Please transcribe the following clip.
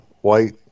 White